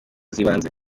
z’ibanze